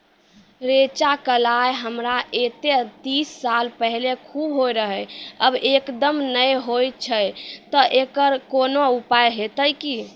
रेचा, कलाय हमरा येते तीस साल पहले खूब होय रहें, अब एकदम नैय होय छैय तऽ एकरऽ कोनो उपाय हेते कि?